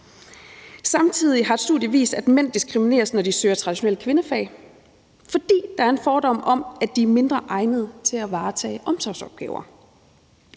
Samtidig har et studie vist, at mænd diskrimineres, når de søger traditionelle kvindefag, fordi der er en fordom om, at de er mindre egnet til at varetage omsorgsopgaver.